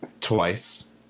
twice